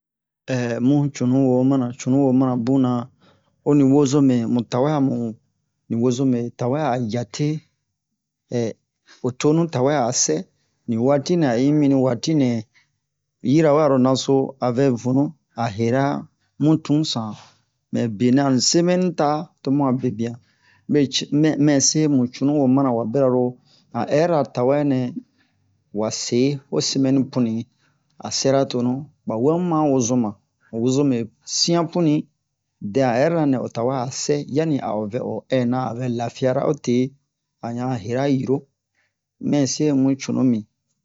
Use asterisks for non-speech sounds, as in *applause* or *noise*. *hesitation* mu cunu wo mana cunu wo mana bun na ho mu wozome mu tawe a mu ni wozome tawe *hesitation* ho tonu tawe a sɛ ni waati nɛ a i mi ni waati yirawe ara naso a vɛ vunu a hera mu tunsan mɛ benɛ ani semɛni ta tomu a bebian mɛ ce mɛ mɛ se mu cunu wo mana awa bira-ro han hɛri-ra tawɛ nɛ wa se ho semɛni puni a sera tonu ɓa wemu ma wozoma ho wozome sian punin dɛ han hɛri-ra nɛ o tawe a sɛ yanni a o vɛ o ɛnan a vɛ lafiyara ote ayan hera hiro mɛ se mu cunu mi